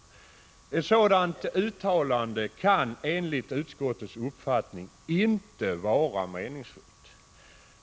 Ett sådant uttalande kan enligt utskottets uppfattning inte vara meningsfullt.